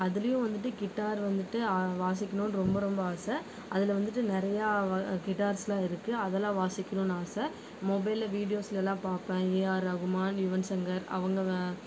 அதுலேயும் வந்துட்டு கிட்டார் வந்துட்டு ஆ வாசிக்கிணும் ரொம்ப ரொம்ப ஆசை அதில் வந்துட்டு நிறையா கிட்டார்ஸெல்லாம் இருக்குது அதெல்லாம் வாசிக்கிணும் ஆசை மொபைலில் வீடியோஸ்சில் எல்லா பார்ப்பேன் ஏஆர் ரகுமான் யுவன்சங்கர் அவங்கள் வ